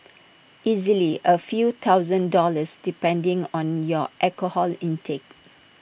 easily A few thousand dollars depending on your alcohol intake